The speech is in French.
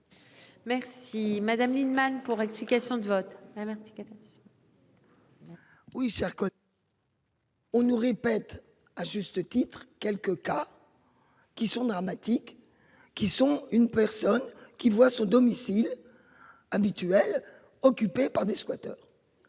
Merci Madame Lienemann pour explication de vote à verticale. Oui, chers. On nous répète à juste titre, quelques cas. Qui sont dramatiques, qui sont une personne qui voit son domicile. Habituel occupé par des squatters.